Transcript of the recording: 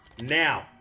Now